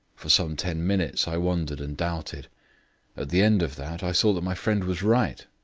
for some ten minutes i wondered and doubted at the end of that i saw that my friend was right.